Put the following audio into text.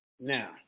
Now